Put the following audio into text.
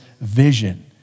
vision